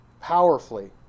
powerfully